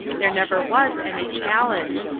there never was any challenge.